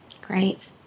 Great